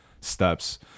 steps